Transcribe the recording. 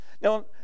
Now